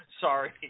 Sorry